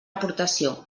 aportació